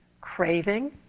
Craving